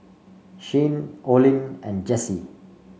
Shayne Olin and Jessi